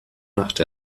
nach